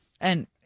And-